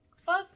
Fuck